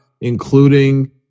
including